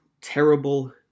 terrible